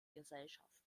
gesellschaft